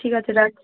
ঠিক আছে রাখছি